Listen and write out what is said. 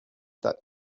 that